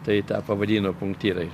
tai tą pavadino punktyrais